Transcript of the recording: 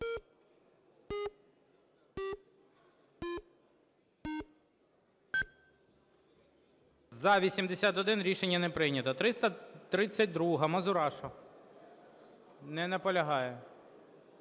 За-81 Рішення не прийнято. 332-а, Мазурашу. Не наполягає.